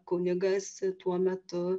kunigas tuo metu